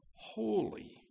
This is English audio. Holy